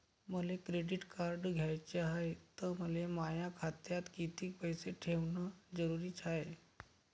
मले credit card घ्याचं हाय, त मले माया खात्यात कितीक पैसे ठेवणं जरुरीच हाय?